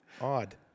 odd